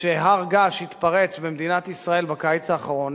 שהר-געש יתפרץ במדינת ישראל בקיץ האחרון,